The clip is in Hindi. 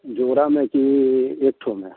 जोड़े में कि एक ठो में